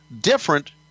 different